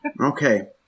Okay